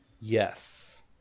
Yes